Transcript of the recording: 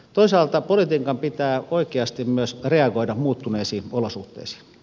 toisaalta politiikan pitää oikeasti myös reagoida muuttuneisiin olosuhteisiin